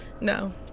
No